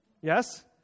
Yes